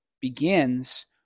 begins